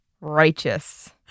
Righteous